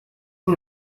این